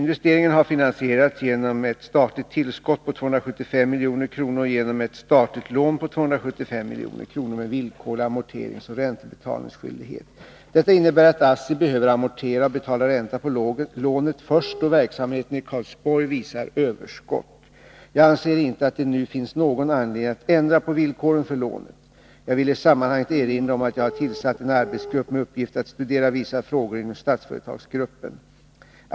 Investeringen har finansierats genom ett statligt tillskott på 275 milj.kr. och genom ett statligt lån på 275 milj.kr. med villkorlig amorteringsoch räntebetalningsskyldighet. Detta innebär att ASSI behöver amortera och betala ränta på lånet först då verksamheten i Karlsborg visar överskott. Jag anser inte att det nu finns någon anledning att ändra på villkoren för lånet. Jag vill i sammanhanget erinra om att jag har tillsatt en arbetsgrupp med uppgift att studera vissa frågor inom Statsföretagsgruppen.